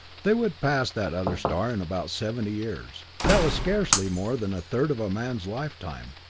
they would pass that other star in about seventy years. that was scarcely more than a third of a man's lifetime.